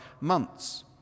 months